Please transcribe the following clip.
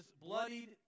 bloodied